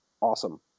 awesome